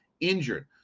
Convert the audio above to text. injured